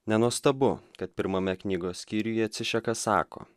nenuostabu kad pirmame knygos skyriuje cišakas sako